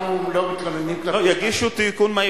אנחנו לא מתלוננים יגישו תיקון מהיר,